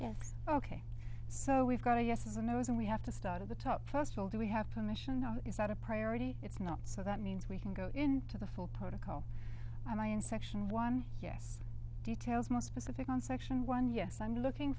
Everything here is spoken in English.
again ok so we've got a yes is a nose and we have to start at the top first of all do we have permission no it's not a priority it's not so that means we can go into the full protocol and i in section one yes details most specific on section one yes i'm looking